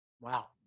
Wow